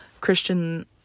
Christian